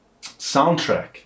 soundtrack